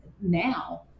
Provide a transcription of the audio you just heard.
now